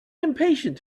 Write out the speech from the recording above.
impatient